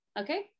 Okay